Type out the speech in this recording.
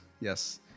Yes